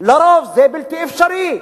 לרוב זה בלתי אפשרי.